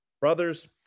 Brothers